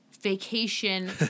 vacation